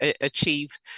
achieve